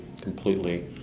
completely